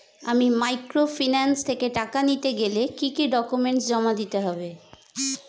আমি মাইক্রোফিন্যান্স থেকে টাকা নিতে গেলে কি কি ডকুমেন্টস জমা দিতে হবে?